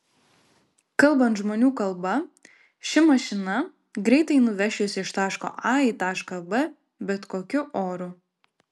kalbant žmonių kalba ši mašina greitai nuveš jus iš taško a į tašką b bet kokiu oru